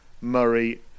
Murray